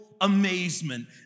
amazement